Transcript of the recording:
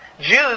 Jews